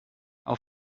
auf